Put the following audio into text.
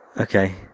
okay